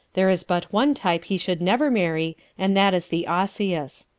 there is but one type he should never marry and that is the osseous.